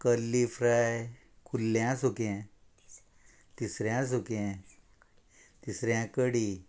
कल्ली फ्राय कुल्ल्या सुकें तिसऱ्यां सुकें तिसऱ्यां कडी